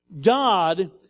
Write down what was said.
God